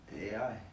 AI